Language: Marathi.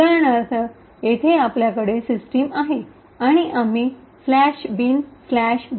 उदाहरणार्थ येथे आपल्याकडे सिस्टम आहे आणि आम्ही " bin bash" स्ट्रिंग पास करत आहोत